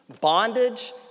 bondage